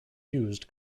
used